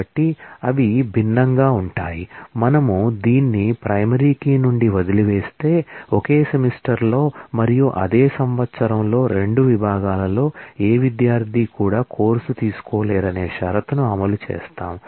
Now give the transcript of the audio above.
కాబట్టి అవి భిన్నంగా ఉంటాయి మనము దీన్ని ప్రైమరీ కీ నుండి వదలివేస్తే ఒకే సెమిస్టర్లో మరియు అదే సంవత్సరంలో 2 విభాగాలలో ఏ విద్యార్థి కూడా కోర్సు తీసుకోలేరనే షరతును అమలు చేస్తాము